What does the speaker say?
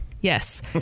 yes